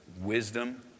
wisdom